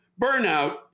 Burnout